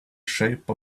shape